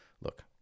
look